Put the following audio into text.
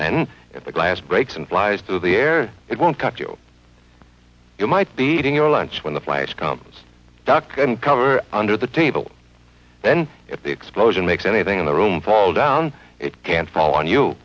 and if the glass breaks and flies through the air it won't cut you you might be eating your lunch when the flies come duck and cover under the table then if the explosion makes anything in the room fall down it can fall on you